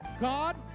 God